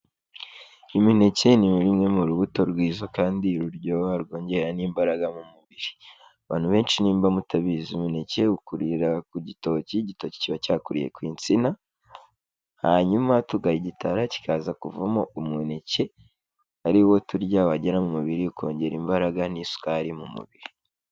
Imineke nimwe mu rubuto rwiza kandi ruryoha rwongera n'imbaraga mu mubiri. Abantu benshi nimba mutabizi umuneke ukurira kugitoki; igitoki kiba cyakuriye kunsina hanyuma tugagitara kikaza kuvamo umuneke ari wo turya, wagera mu mubiri ukongera imbaraga n'isukari mu mubiri.